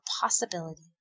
possibility